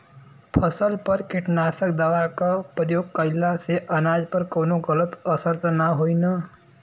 फसल पर कीटनाशक दवा क प्रयोग कइला से अनाज पर कवनो गलत असर त ना होई न?